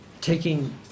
taking